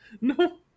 No